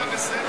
היית בסדר.